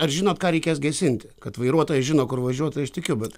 ar žinot ką reikės gesinti kad vairuotojai žino kur važiuot tai aš tikiu bet